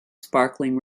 sparkling